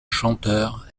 chanteurs